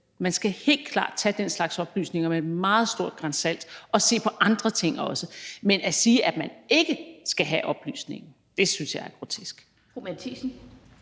Man skal helt klart tage den slags oplysninger med et meget stort gran salt og også se på andre ting. Men at sige, at man ikke skal have oplysningen, synes jeg er grotesk.